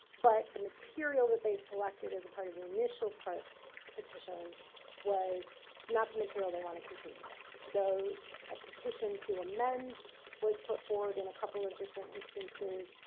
but the material that they've selected as a part of the initial petition was not the material they want to continue with. so a petition to amend was put forward in a couple of different instances,